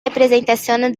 representación